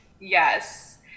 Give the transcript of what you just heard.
yes